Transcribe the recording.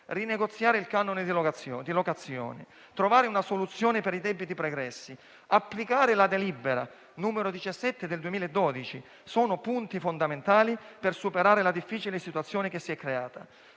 Rinegoziare il canone di locazione, trovare una soluzione per i debiti pregressi e applicare la delibera n. 17 del 2012 sono azioni fondamentali per superare la difficile situazione che si è creata.